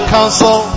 Council